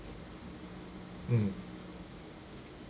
mm